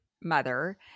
mother